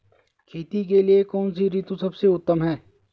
खेती के लिए कौन सी ऋतु सबसे उत्तम है?